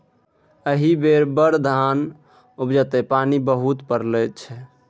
एहि बेर बड़ धान उपजतै पानि बड्ड पड़ल छै